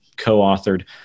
co-authored